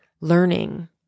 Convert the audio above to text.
learning